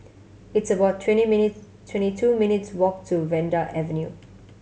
it's about twenty minute twenty two minutes' walk to Vanda Avenue